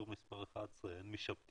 להתקין